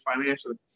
financially